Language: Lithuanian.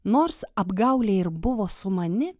nors apgaulė ir buvo sumani